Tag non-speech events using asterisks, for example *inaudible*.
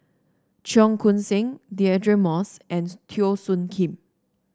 Cheong Koon Seng Deirdre Moss and *unintelligible* Teo Soon Kim